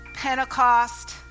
Pentecost